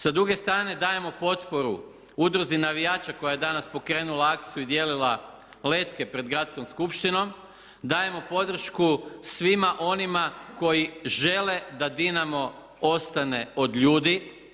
Sa druge strane, dajemo potporu Udruzi navijača koja je danas pokrenula akciju i dijelila letke pred Gradskom skupštinom, dajemo podršku svima onima koji žele da Dinamo ostane od ljudi.